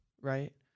right